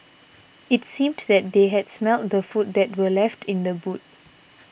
it seemed that they had smelt the food that were left in the boot